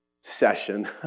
session